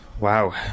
wow